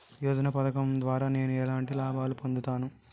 యోజన పథకం ద్వారా నేను ఎలాంటి లాభాలు పొందుతాను?